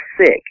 sick